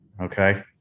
Okay